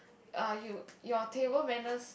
uh you your table manners